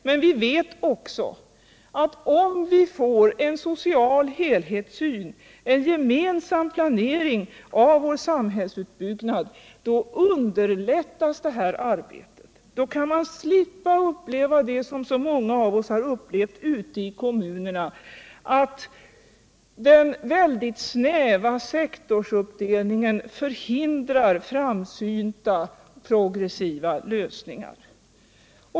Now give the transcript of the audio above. Men vi vet också att om vi får er: social helhetssyn, en gemensam planering av vår samhällsutbyggnad, då underlättas arbetet och man kan slippa uppleva det som så många av oss har upplevt ute i kommunerna: att den snäva sektorsuppdelningen förhindrar framsynta lösningar.